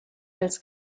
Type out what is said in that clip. als